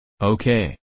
Okay